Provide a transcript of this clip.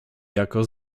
jako